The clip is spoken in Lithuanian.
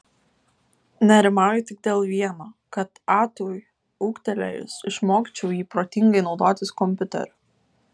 nerimauju tik dėl vieno kad atui ūgtelėjus išmokyčiau jį protingai naudotis kompiuteriu